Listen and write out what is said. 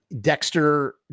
Dexter